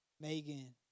Megan